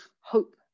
hope